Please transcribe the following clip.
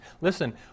Listen